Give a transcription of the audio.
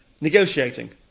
negotiating